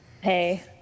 Hey